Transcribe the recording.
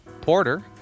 Porter